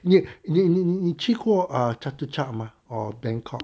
你你你你你去过啊 chatuchak 吗 or bangkok